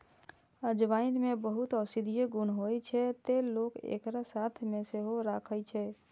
अजवाइन मे बहुत औषधीय गुण होइ छै, तें लोक एकरा साथ मे सेहो राखै छै